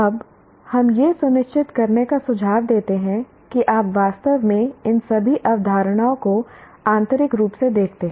अब हम यह सुनिश्चित करने का सुझाव देते हैं कि आप वास्तव में इन सभी अवधारणाओं को आंतरिक रूप से देखते हैं